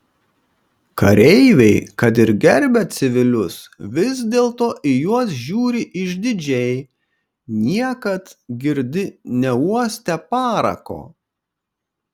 kareiviai kad ir gerbia civilius vis dėlto į juos žiūri išdidžiai niekad girdi neuostę parako